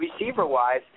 receiver-wise